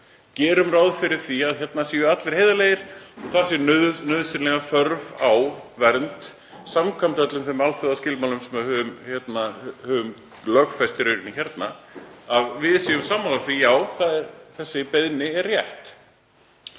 Gerum ráð fyrir því að hérna séu allir heiðarlegir og það sé nauðsynlega þörf á vernd samkvæmt öllum þeim alþjóðaskilmálum sem við höfum lögfest hérna, að við séum sammála því að þessi beiðni sé rétt.